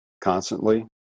constantly